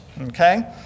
okay